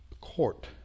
court